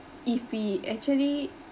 if we actually